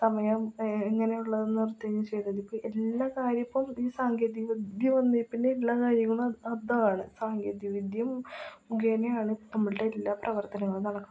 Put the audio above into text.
സമയം എങ്ങനെയുള്ളതെന്ന് ഓർത്ത് ചെയ്താൽ മതി ഇപ്പം എല്ലാ കാര്യവും ഇപ്പം ഈ സാങ്കേതികവിദ്യ വന്നതിൽപ്പിന്നെ എല്ലാ കാര്യങ്ങളും അതാണ് സാങ്കേതികവിദ്യ മുഖേനയാണ് ഇപ്പം നമ്മളുടെ എല്ലാ പ്രവർത്തനങ്ങളും നടക്കുന്നത്